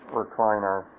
recliner